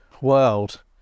world